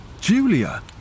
Julia